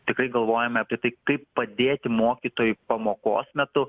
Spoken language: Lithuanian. tikrai galvojame apie tai kaip padėti mokytojui pamokos metu